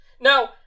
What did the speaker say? Now